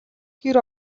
гэр